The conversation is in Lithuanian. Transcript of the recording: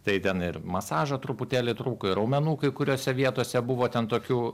tai ten ir masažo truputėlį trūko ir raumenų kai kuriose vietose buvo ten tokių